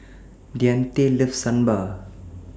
Deante loves Sambar